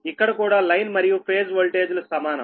ఇక్కడ కూడా లైన్ మరియు ఫేజ్ వోల్టేజ్ లు సమానం